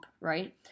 right